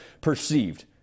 perceived